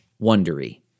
Wondery